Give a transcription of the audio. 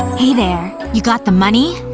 hey there, you got the money?